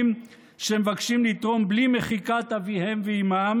שמבקשים לתרום בלי מחיקת אביהם ואימם?